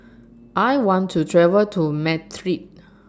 I want to travel to Madrid